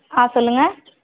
ஆ சொல்லுங்கள்